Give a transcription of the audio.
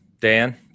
Dan